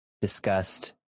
disgust